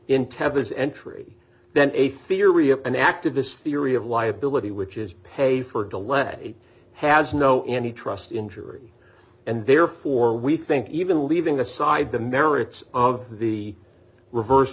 tethers entry then a theory of an act of this theory of liability which is pay for to lead it has no any trust injury and therefore we think even leaving aside the merits of the reverse